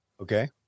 Okay